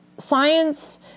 Science